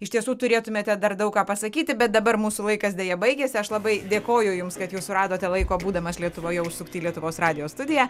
iš tiesų turėtumėte dar daug ką pasakyti bet dabar mūsų laikas deja baigėsi aš labai dėkoju jums kad jūs suradote laiko būdamas lietuvoje užsukti į lietuvos radijo studiją